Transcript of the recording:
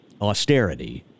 austerity